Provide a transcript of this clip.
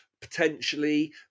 potentially